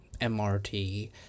MRT